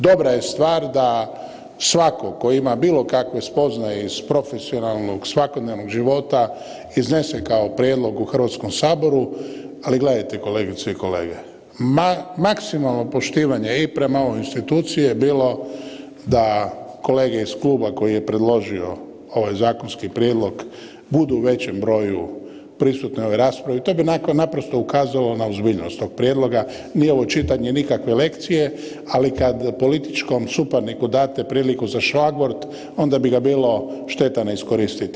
Dobra je stvar da svatko tko ima bilo kakve spoznaje iz profesionalnog svakodnevnog života iznese kao prijedlog u Hrvatskom saboru, ali gledajte kolegice i kolege, maksimalno poštivanje i prema ovoj instituciji je bilo da kolege iz kluba koji je predložio ovaj zakonski prijedlog budu u većem broju prisutne ovoj raspravi, to bi onako naprosto ukazalo na ozbiljnost tog prijedloga, nije ovo čitanje nikakve lekcije, ali kad političkom suparniku date priliku za šlagvort onda bi ga bilo šteta ne iskoristiti.